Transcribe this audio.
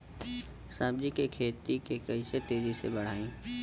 सब्जी के खेती के कइसे तेजी से बढ़ाई?